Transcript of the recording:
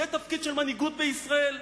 זה תפקיד של מנהיגות בישראל?